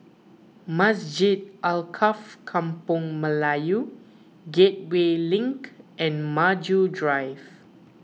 Masjid Alkaff Kampung Melayu Gateway Link and Maju Drive